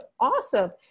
awesome